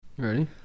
Ready